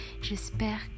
J'espère